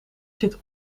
zit